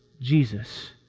Jesus